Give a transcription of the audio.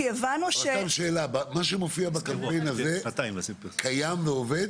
כי הבנו --- שאלה מה שמופיע בקמפיין הזה קיים ועובד